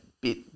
bit